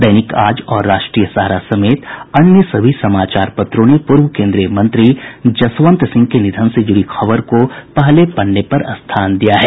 दैनिक आज और राष्ट्रीय सहारा समेत अन्य सभी समाचार पत्रों ने पूर्व केन्द्रीय मंत्री जसवंत सिंह के निधन से जुड़ी खबर को पहले पन्ने पर स्थान दिया है